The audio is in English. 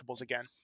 again